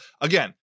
again